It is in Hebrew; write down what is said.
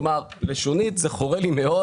כלומר, לשונית זה חורה לי מאוד